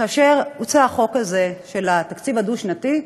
כאשר הוצע החוק הזה, של התקציב הדו-שנתי,